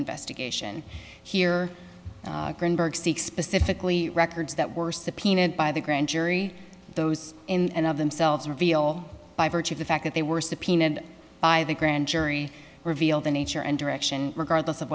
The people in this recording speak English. investigation here specifically records that were subpoenaed by the grand jury those in and of themselves reveal by virtue of the fact that they were subpoenaed by the grand jury reveal the nature and direction regardless of